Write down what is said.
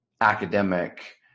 academic